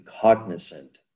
cognizant